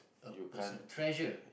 a person treasure